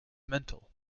mental